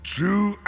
True